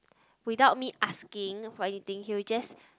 without me asking for anything he'll just